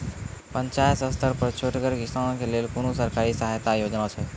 पंचायत स्तर पर छोटगर किसानक लेल कुनू सरकारी सहायता योजना छै?